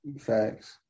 Facts